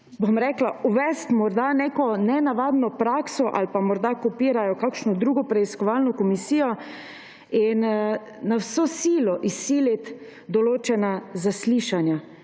Želijo uvesti neko nenavadno prakso ali morda kopirajo kakšno drugo preiskovalno komisijo in na vso silo izsiliti določena zaslišanja.